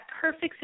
perfect